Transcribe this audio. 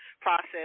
process